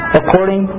according